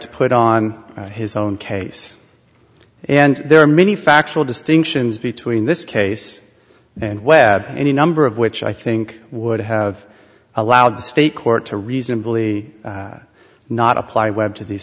to put on his own case and there are many factual distinctions between this case and webb any number of which i think would have allowed the state court to reasonably not apply webb to these